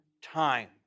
time